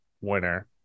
winner